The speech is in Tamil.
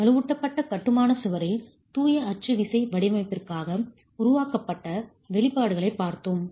வலுவூட்டப்பட்ட கட்டுமான சுவரில் தூய அச்சு விசை வடிவமைப்பிற்காக உருவாக்கப்பட்ட வெளிப்பாடுகளைப் பார்த்தோம்